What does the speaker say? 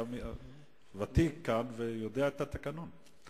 אתה ותיק כאן ויודע את התקנון.